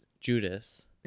Judas